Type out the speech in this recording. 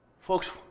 Folks